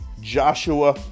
Joshua